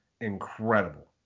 incredible